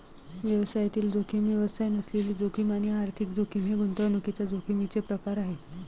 व्यवसायातील जोखीम, व्यवसाय नसलेली जोखीम आणि आर्थिक जोखीम हे गुंतवणुकीच्या जोखमीचे प्रकार आहेत